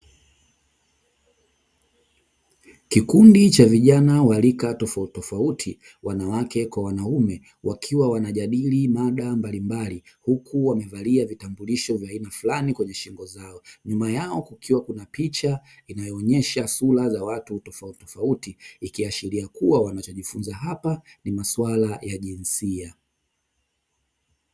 Kikundi cha vijana wa rika tofautitofauti wanawake kwa wanaume, wakiwa wanajadili mada mbalimbali huku wamevalia vitambulisho vya aina fulani kwenye shingo zao. Nyuma yao kukiwa kuna picha inayoonyesha sura za watu tofautitofauti ikiashiria kuwa wanavyojifunza hapa ni masuala ya jinsia.